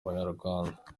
abanyarwanda